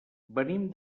venim